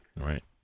Right